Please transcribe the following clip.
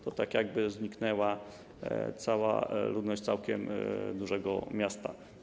To tak jakby zniknęła cała ludność całkiem dużego miasta.